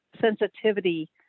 sensitivity